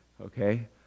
Okay